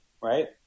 right